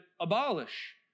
abolish